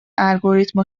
الگوریتم